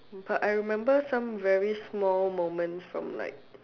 but I remember some very small moments from like